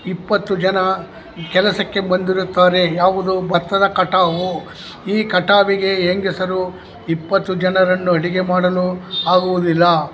ಇಪ್ಪತ್ತು ಜನ ಕೆಲಸಕ್ಕೆ ಬಂದಿರುತ್ತಾರೆ ಯಾವುದು ಭತ್ತದ ಕಟಾವು ಈ ಕಟಾವಿಗೆ ಹೆಂಗಸರು ಇಪ್ಪತ್ತು ಜನರನ್ನು ಅಡುಗೆ ಮಾಡಲು ಆಗುವುದಿಲ್ಲ